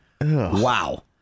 Wow